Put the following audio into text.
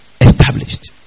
established